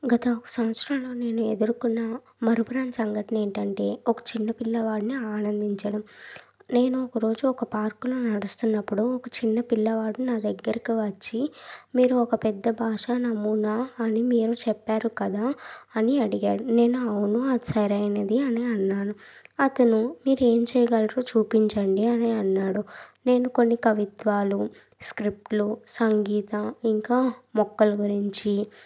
గత ఒక సంవత్సరంలో నేను ఎదుర్కొన్న మరపురాని సంఘటన ఏంటండీ ఒక చిన్న పిల్లవాడిని ఆనందించడం నేను ఒకరోజు ఒక పార్కులో నడుస్తున్నప్పుడు ఒక చిన్న పిల్లవాడు నా దగ్గరికి వచ్చి మీరు ఒక పెద్ద భాష నమూనా అని మేము చెప్పారు కదా అని అడిగాడు నేను అవును అది సరైనది అని అన్నాను అతను మీరు ఏం చేయగలరు చూపించండి అని అన్నాడు నేను కొన్ని కవిత్వాలు స్క్రిప్ట్లు సంగీత ఇంకా మొక్కల గురించి